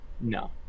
No